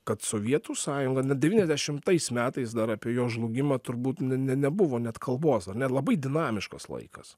kad sovietų sąjunga devyniasdešimtais metais dar apie jos žlugimą turbūt ne ne nebuvo net kalbos ar ne labai dinamiškas laikas